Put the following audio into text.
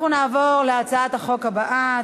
אנחנו נעבור להצעת החוק הבאה,